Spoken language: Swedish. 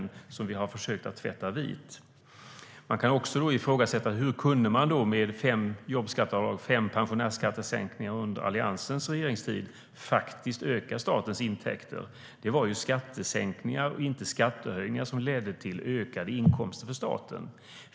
Vi har ju försökt tvätta den svarta sektorn så att den blir vit. Man kan också fråga sig: Hur kunde man med fem jobbskatteavdrag och fem pensionärsskattesänkningar under Alliansens regeringstid faktiskt öka statens intäkter? Det var ju skattesänkningar, inte skattehöjningar, som ledde till ökade inkomster för staten.